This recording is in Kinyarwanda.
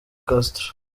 castro